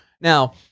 Now